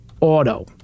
Auto